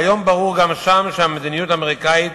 כיום ברור גם שם שהמדיניות האמריקנית,